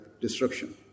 destruction